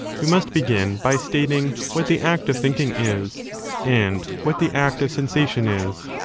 we must begin by stating what the act of thinking is and what the act of sensation is.